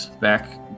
back